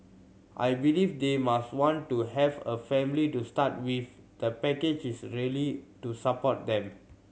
I believe they must want to have a family to start with the package is really to support them